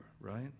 right